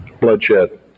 bloodshed